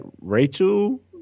Rachel